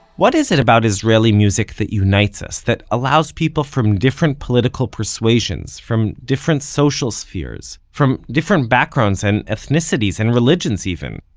what is it about israeli music that unites us, that allows people from different political persuasions, from different social spheres, from different backgrounds and ethnicities and religions even,